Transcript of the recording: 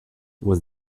was